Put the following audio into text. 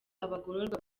abagororwa